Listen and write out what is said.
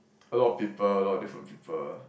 a lot of people a lot of different people